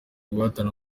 guhatana